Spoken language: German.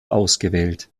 ausgewählt